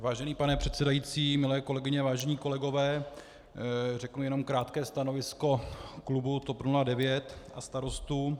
Vážený pane předsedající, milé kolegyně, vážení kolegové, řeknu jen krátké stanovisko klubu TOP 09 a Starostů.